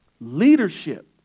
Leadership